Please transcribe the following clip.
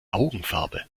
augenfarbe